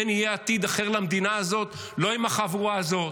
כן יהיה עתיד אחר למדינה הזאת, לא עם החבורה הזאת.